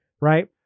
right